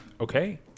Okay